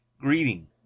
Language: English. greeting